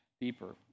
deeper